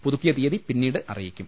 പുതുക്കിയ തീയതി പിന്നീട് അറിയിക്കും